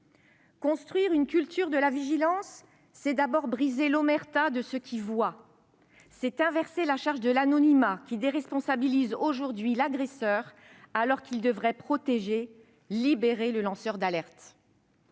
Construire une culture de la vigilance, c'est d'abord briser l'omerta de ceux qui voient ; c'est inverser la charge de l'anonymat qui déresponsabilise aujourd'hui l'agresseur, alors qu'il devrait protéger et libérer le lanceur d'alerte.